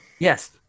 Yes